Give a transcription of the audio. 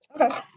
Okay